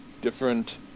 different